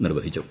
നിർവ്വഹിച്ചു